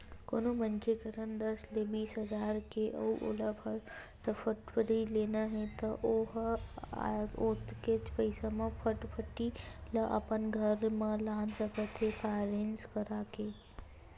कोनो मनखे करन दस ले बीस हजार हे अउ ओला फटफटी लेना हे त ओ ह ओतकेच पइसा म फटफटी ल अपन घर म लान सकत हे फायनेंस करा के